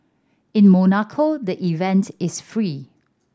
in Monaco the event is free